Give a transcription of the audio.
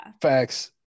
Facts